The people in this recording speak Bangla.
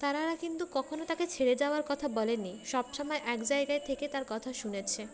তারারা কিন্তু কখনও তাকে ছেড়ে যাওয়ার কথা বলেনি সবসময় এক জায়গায় থেকে তার কথা শুনেছে